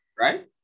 right